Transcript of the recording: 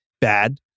bad